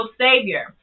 savior